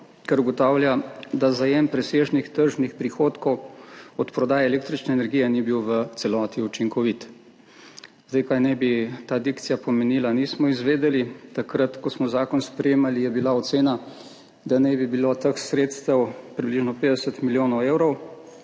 ker ugotavlja, da zajem presežnih tržnih prihodkov od prodaje električne energije ni bil v celoti učinkovit. Kaj naj bi ta dikcija pomenila, nismo izvedeli. Takrat, ko smo zakon sprejemali, je bila ocena, da naj bi bilo teh sredstev približno 50 milijonov evrov.